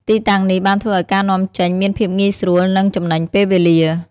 ទីតាំងនេះបានធ្វើឱ្យការនាំចេញមានភាពងាយស្រួល និងចំណេញពេលវេលា។